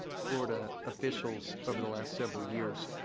florida officials over the last several years.